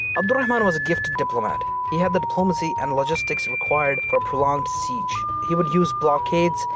abd al-rahman was a gifted diplomat. he had the diplomacy and logistics required for prolonged sieges. he would use blockades,